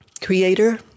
Creator